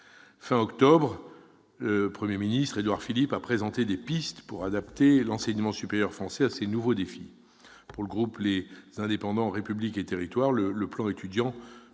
d'octobre 2017, le Premier ministre a présenté des pistes pour adapter l'enseignement supérieur français à ces nouveaux défis. Pour le groupe Les Indépendants - République et Territoires, le plan Étudiants